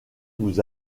vous